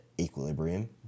equilibrium